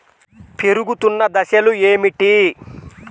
పెరుగుతున్న దశలు ఏమిటి?